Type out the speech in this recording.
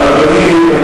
אבל, אדוני,